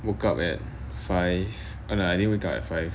woke up at five oh no I didn't wake up at five